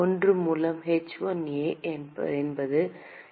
1 மூலம் h1A